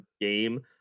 game